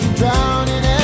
drowning